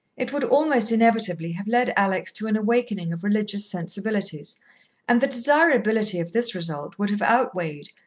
it would almost inevitably have led alex to an awakening of religious sensibilities and the desirability of this result would have outweighed,